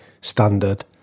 standard